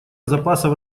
запасов